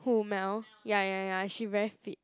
who Mel ya ya ya she very fit